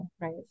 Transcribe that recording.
right